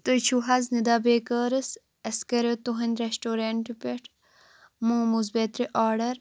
تُہۍ چھُو حظ نِدا بیکٲرٕس اسہِ کَریو تُہٕندِ رٮ۪سٹورنٛٹ پٮ۪ٹھ موموز بیٚترِ آرڈَر